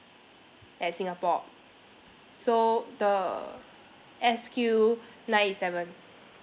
at singapore so the S Q nine eight seven